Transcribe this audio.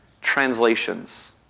translations